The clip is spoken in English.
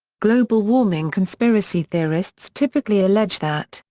global warming conspiracy theorists typically allege that,